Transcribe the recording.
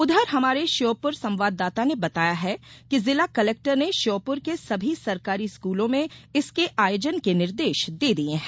उधर हमारे श्योपुर संवाददाता ने बताया है कि जिला कलेक्टर ने श्योपुर के सभी सरकारी स्कूलों में इसके आयोजन के निर्देश दे दिये हैं